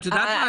את יודעת מה?